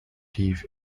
teeth